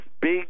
big